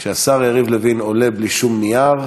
כשהשר יריב לוין עולה בלי שום נייר,